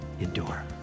endure